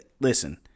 listen